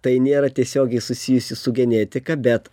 tai nėra tiesiogiai susijusi su genetika bet